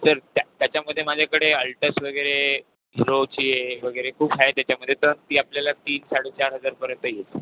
sir त्या त्याच्यामध्ये माझ्याकडे आल्टस वगैरे हीरोची आहे वगैरे खूप आहे त्याच्यामध्ये तर ती आपल्याला तीन साडेचार हजारपर्यंत येईल